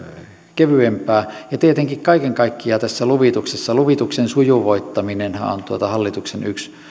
kevyempää tietenkin kaiken kaikkiaan tässä luvituksessa luvituksen sujuvoittaminenhan on hallituksen yksi